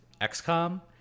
XCOM